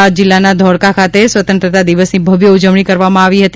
અમદાવાદ જિલ્લાના ધોળકા ખાતે સ્વતંત્રતા દિવસની ભવ્ય ઉજવણી કરવામાં આવી હતી